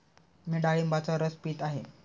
मी डाळिंबाचा रस पीत आहे